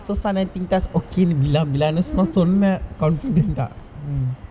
so sun and thintas okay நா சொன்ன:naa sonna confident ah